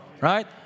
Right